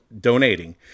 donating